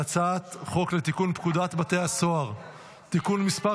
אנחנו עוברים להצבעה על הצעת החוק לתיקון פקודת בתי הסוהר (תיקון מס'